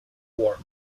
work